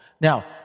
Now